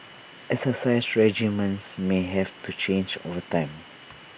exercise regimens may have to change over time